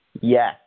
Yes